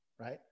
right